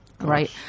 Right